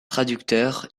traducteur